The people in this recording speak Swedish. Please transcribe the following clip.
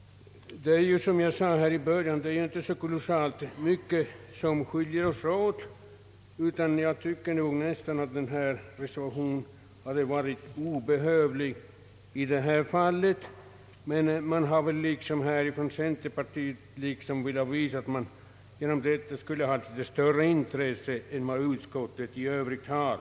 Som jag sade i början är det inte så mycket som skiljer oss åt. Jag tycker nästan, att reservationen varit obehövlig i detta fall, men man har väl från centerpartiet velat visa, att man skulle ha litet större intresse än vad utskottet i övrigt har.